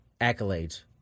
accolades